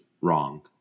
wrong